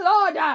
Lord